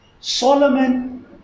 Solomon